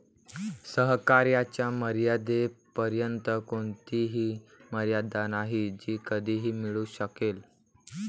सहकार्याच्या मर्यादेपर्यंत कोणतीही मर्यादा नाही जी कधीही मिळू शकेल